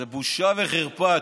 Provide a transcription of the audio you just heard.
זו בושה וחרפה.